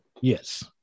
Yes